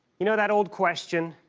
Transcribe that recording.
you know that old question?